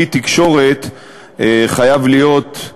כלי תקשורת חייב להיות,